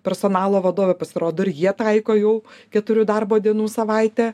personalo vadove pasirodo ir jie taiko jau keturių darbo dienų savaitę